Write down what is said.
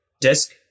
disk